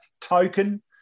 Token